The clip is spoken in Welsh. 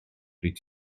dwyt